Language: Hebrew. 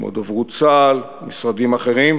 כמו דוברות צה"ל ומשרדים אחרים,